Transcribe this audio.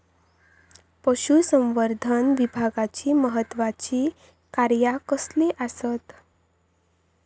पशुसंवर्धन विभागाची महत्त्वाची कार्या कसली आसत?